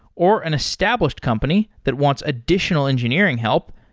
or an established company that wants additional engineering help,